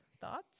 Thoughts